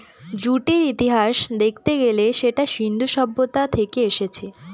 জুটের ইতিহাস দেখতে গেলে সেটা সিন্ধু সভ্যতা থেকে এসেছে